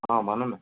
अँ भन न